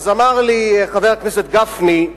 אמר לי חבר הכנסת גפני: